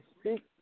Speak